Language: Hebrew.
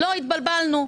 התבלבלנו.